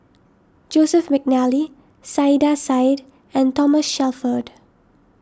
Joseph McNally Saiedah Said and Thomas Shelford